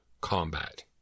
combat